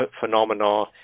phenomena